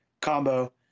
combo